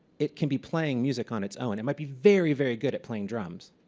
it can be playing music on its own. it might be very, very good at playing drums,